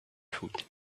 food